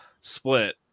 split